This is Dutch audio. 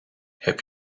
heb